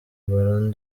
ballon